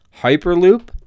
Hyperloop